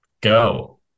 go